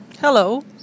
Hello